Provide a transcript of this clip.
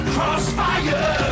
Crossfire